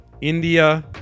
India